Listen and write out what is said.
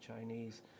Chinese